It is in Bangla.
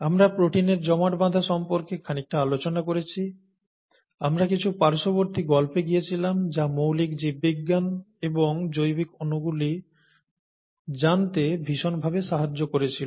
আমরা প্রোটিনের জমাট বাঁধা সম্পর্কে খানিকটা আলোচনা করেছি আমরা কিছু পার্শ্ববর্তী গল্পে গিয়েছিলাম যা মৌলিক জীববিজ্ঞান এবং জৈবিক অনুগুলি জানতে ভীষণ ভাবে সাহায্য করেছিল